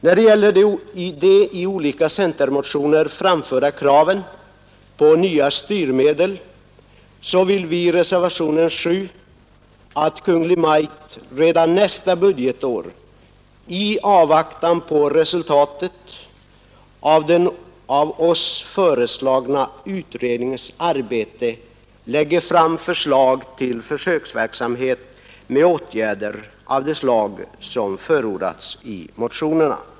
När det gäller de i olika centermotioner framförda kraven på nya styrmedel så vill vi i reservationen 7 att Kungl. Maj:t redan nästa budgetår i avvaktan på resultatet av den av oss föreslagna utredningens arbete lägger fram förslag till försöksverksamhet med åtgärder av det slag som förordats i motionerna.